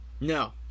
No